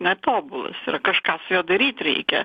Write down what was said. netobulas yra kažkas daryt reikia